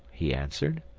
he answered.